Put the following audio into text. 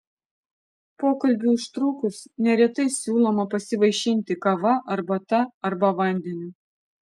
pokalbiui užtrukus neretai siūloma pasivaišinti kava arbata arba vandeniu